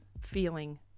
feeling